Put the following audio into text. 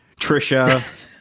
Trisha